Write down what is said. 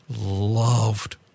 loved